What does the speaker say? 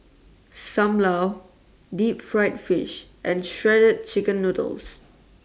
SAM Lau Deep Fried Fish and Shredded Chicken Noodles